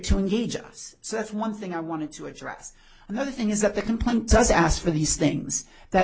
to engage us so that's one thing i wanted to address and the other thing is that the complaint does ask for these things that